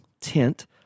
tent